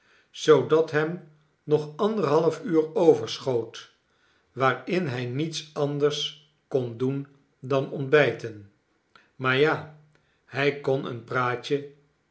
zoodat hem nog anderhalf uur overschoot waarin hij niets anders kon doen dan ontbijten maar ja hij kon een praatje